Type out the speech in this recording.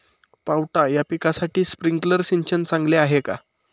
पावटा या पिकासाठी स्प्रिंकलर सिंचन चांगले आहे का?